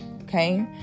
okay